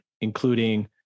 including